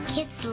Kids